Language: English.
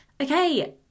Okay